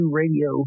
radio